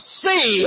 see